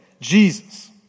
Jesus